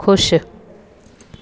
ख़ुशि